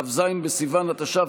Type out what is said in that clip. כ"ז בסיוון התש"ף,